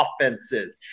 offenses